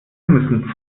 müssen